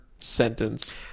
Sentence